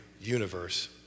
universe